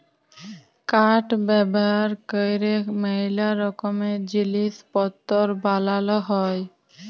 কাঠ ব্যাভার ক্যরে ম্যালা রকমের জিলিস পত্তর বালাল হ্যয়